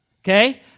Okay